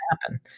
happen